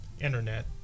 internet